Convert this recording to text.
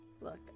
look